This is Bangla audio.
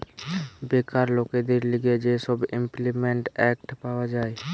বেকার লোকদের লিগে যে সব ইমল্পিমেন্ট এক্ট পাওয়া যায়